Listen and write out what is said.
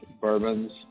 bourbons